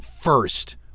first